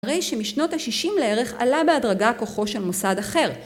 הרי שמשנות ה-60 לערך עלה בהדרגה כוחו של מוסד אחר.